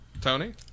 Tony